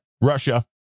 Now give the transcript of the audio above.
Russia